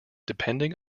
depending